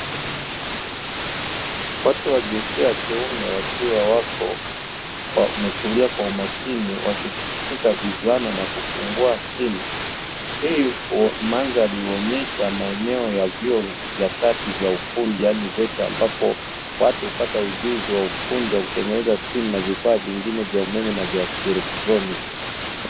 Watu wa jinsia ya kiume wakiwa wako wametulia kwa umakini wakishika zana na kufungua simu, hii kuwa mndhari huonyesha maeneo ya vyuo vya kati vya ufundi yaani VETA, ambapo watu hupata ujuzi wa ufundi wa kutengeneza simu na vifaa vingine vya umeme na vyaki electroniki.